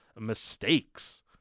mistakes